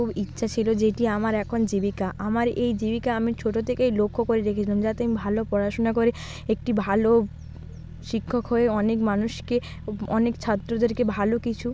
খুব ইচ্ছা ছিলো যেটি আমার এখন জীবিকা আমার এই জীবিকা আমি ছোটো থেকেই লক্ষ্য করে রেখেছিলাম যাতে আমি ভালো পড়াশোনা করে একটি ভালো শিক্ষক হয়ে অনেক মানুষকে অনেক ছাত্রদেরকে ভালো কিছু